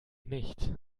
nicht